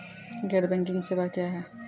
गैर बैंकिंग सेवा क्या हैं?